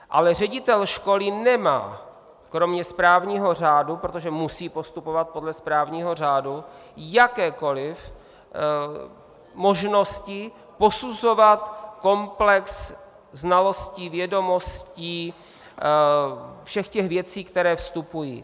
Ale ředitel školy nemá, kromě správního řádu, protože musí postupovat podle správního řádu, jakékoli možnosti posuzovat komplex znalostí, vědomostí, všech těch věcí, které vstupují.